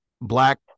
black